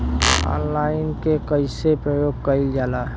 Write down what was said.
Online के कइसे प्रयोग कइल जाला?